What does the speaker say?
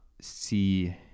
see